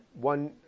one